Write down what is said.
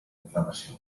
inflamació